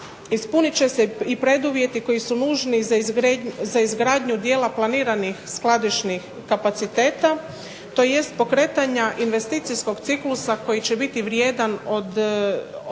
ispunit će se i preduvjeti koji su nužni za izgradnju dijela planiranih skladišnih kapaciteta tj. pokretanja investicijskog ciklusa koji će biti vrijedan od otprilike